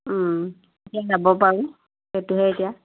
কেতিয়া যাব পাৰোঁ সেইটোহে এতিয়া